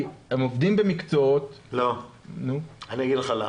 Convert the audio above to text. כי הם עובדים במקצועות --- אני אגיד לך למה: